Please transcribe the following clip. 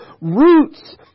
roots